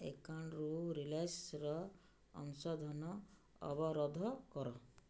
ମୋ ଏକାଉଣ୍ଟରୁ ରିଲାଏନ୍ସର ଅଂଶଧନ ଅବରୋଧ କର